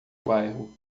bairro